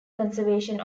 conservation